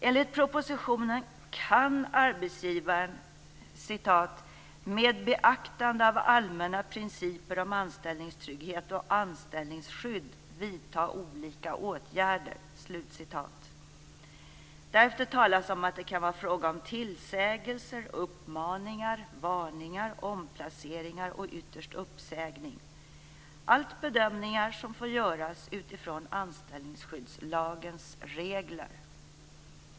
Enligt propositionen kan arbetsgivaren "med beaktande av allmänna principer om anställningstrygghet och anställningsskydd vidta olika åtgärder". Därefter talas om att det kan vara fråga om tillsägelser, uppmaningar, varningar, omplaceringar och ytterst uppsägning - allt bedömningar som får göras utifrån anställningsskyddslagens regler.